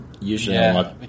usually